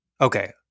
Okay